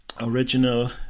original